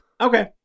Okay